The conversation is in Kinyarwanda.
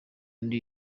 ndi